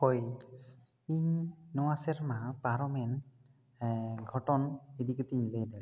ᱦᱳᱭ ᱤᱧ ᱱᱚᱣᱟ ᱥᱮᱨᱢᱟ ᱯᱟᱨᱚᱢᱮᱱ ᱜᱷᱚᱴᱚᱱ ᱤᱫᱤ ᱠᱟᱛᱮ ᱤᱧ ᱞᱟᱹᱭ ᱫᱟᱲᱮᱭᱟᱜᱼᱟ